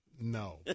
No